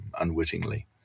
unwittingly